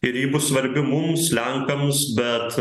ir ji bus svarbi mums lenkams bet